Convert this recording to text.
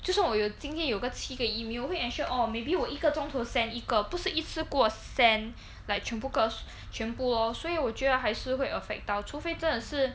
就算我有今天有个七个 email 我会 ensure oh maybe 我一个钟头 send 一个不是一次过 send like 全部个全部 lor 所以我觉得还是会 affect 到除非真的是